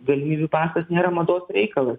galimybių pasas nėra mados reikalas